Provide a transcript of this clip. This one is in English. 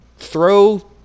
Throw